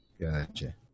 gotcha